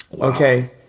okay